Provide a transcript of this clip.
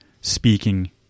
speaking